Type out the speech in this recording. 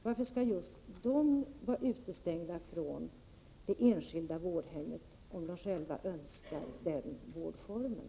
Varför skall just de vara utestängda från enskilda vårdhem, om de själva önskar den vårdformen?